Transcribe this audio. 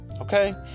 Okay